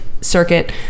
circuit